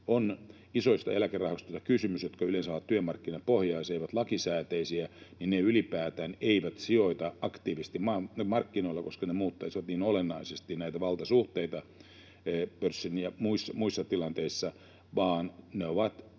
on isoista eläkerahastoista kysymys — jotka yleensä ovat työmarkkinapohjaisia, eivät lakisääteisiä — ne ylipäätään eivät sijoita aktiivisesti markkinoille, koska ne muuttaisivat niin olennaisesti valtasuhteita pörssissä ja muissa tilanteissa, vaan ne ovat